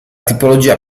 tipologia